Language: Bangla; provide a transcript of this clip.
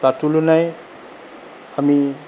তার তুলনায় আমি